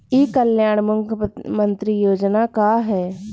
ई कल्याण मुख्य्मंत्री योजना का है?